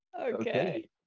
Okay